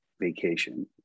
vacation